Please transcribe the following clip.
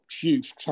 huge